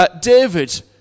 David